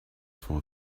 for